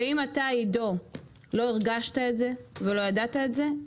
אם אתה עידו לא הרגשת את זה ולא ידעת את זה,